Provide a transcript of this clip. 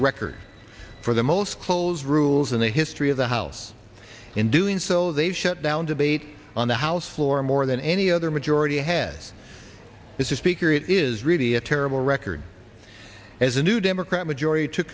record for the most close rules in the history of the house in doing so they've shut down debate on the house floor and more than any other majority has as a speaker it is really a terrible record as a new democrat majority took